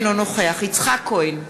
אינו נוכח יצחק כהן,